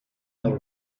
not